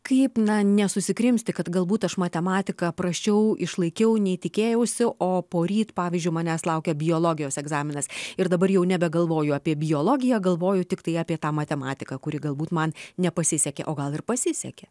kaip na nesusikrimsti kad galbūt aš matematiką prasčiau išlaikiau nei tikėjausi o poryt pavyzdžiui manęs laukia biologijos egzaminas ir dabar jau nebegalvoju apie biologiją galvoju tiktai apie tą matematiką kuri galbūt man nepasisekė o gal ir pasisekė